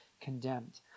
condemned